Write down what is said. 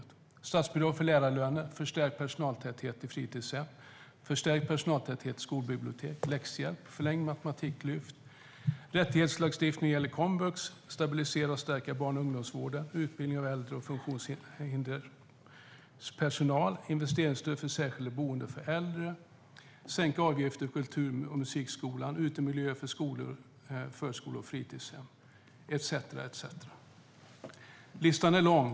Det är statsbidrag för lärarlöner, förstärkt personaltäthet i fritidshem, förstärkt personaltäthet i skolbibliotek, läxhjälp, förlängt matematiklyft, rättighetslagstiftning när det gäller komvux, stabilisering och förstärkning av barn och ungdomsvården, utbildning av äldre och funktionshinderspersonal, investeringsstöd för särskilda boenden för äldre, sänkta avgifter för kultur och musikskolan, utemiljöer för skolor, förskolor och fritidshem etcetera. Listan är lång.